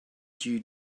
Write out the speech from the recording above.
due